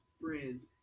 friends